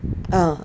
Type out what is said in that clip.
uh